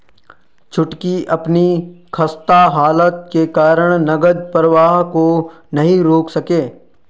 छुटकी अपनी खस्ता हालत के कारण नगद प्रवाह को नहीं रोक सके